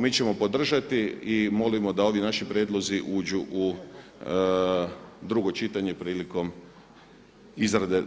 Mi ćemo podržati i molimo da ovi naši prijedlozi uđu u drugo čitanje prilikom izrade,